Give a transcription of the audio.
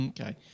Okay